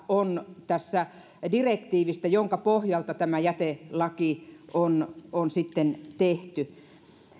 on ulosmyyntiraja direktiivissä jonka pohjalta tämä jätelaki on on tehty